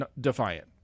defiant